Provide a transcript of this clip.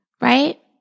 right